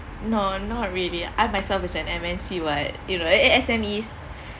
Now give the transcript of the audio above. no not really I myself is an M_N_C what you know eh eh SMEs